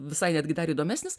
visai netgi dar įdomesnis